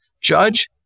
judge